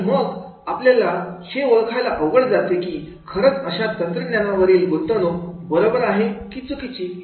आणि मग आपल्याला हे ओळखायला अवघड जाते की खरंच अशा तंत्रज्ञानावरील गुंतवणूक बरोबर आहे की चुकीची